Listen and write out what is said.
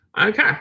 Okay